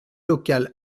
local